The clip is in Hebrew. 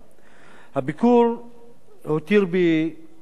הביקור הותיר בי רושם רב